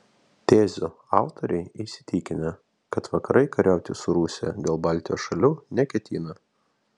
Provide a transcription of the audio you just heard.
tezių autoriai įsitikinę kad vakarai kariauti su rusija dėl baltijos šalių neketina